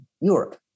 Europe